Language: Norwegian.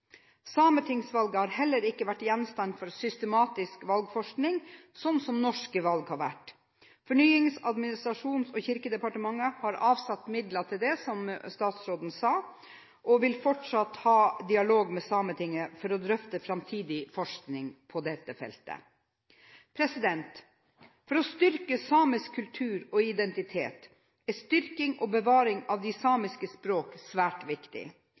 Sametingsvalget har heller ikke vært gjenstand for systematisk valgforskning, slik norske valg har vært. Fornyings-, administrasjons- og kirkedepartementet har avsatt midler til det, som statsråden sa, og vil fortsatt ha en dialog med Sametinget for å drøfte framtidig forskning på dette feltet. For å styrke samisk kultur og identitet er styrking og bevaring av de samiske språk svært viktig.